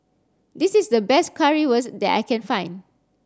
this is the best Currywurst that I can find